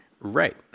Right